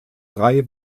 drei